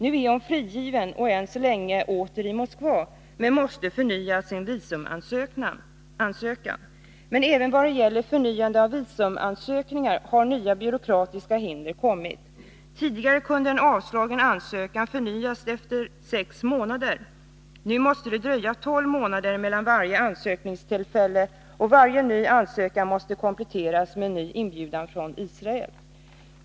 Nu är hon emellertid frigiven och än så länge tillbaka i Moskva, men hon måste förnya sin visumansökan. Även vid förnyandet av visumansökningar har nya byråkratiska hinder uppstått. Tidigare kunde en avslagen ansökan förnyas efter sex månader, men nu 201 måste det dröja tolv månader mellan varje ansökningstillfälle, och vidare måste varje ansökan kompletteras med en ny inbjudan från Israel.